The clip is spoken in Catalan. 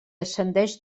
ascendeix